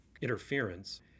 interference